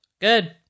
Good